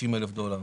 60,000 דולר.